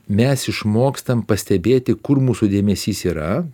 mes išmokstam pastebėti kur mūsų dėmesys yra